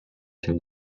się